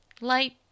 Light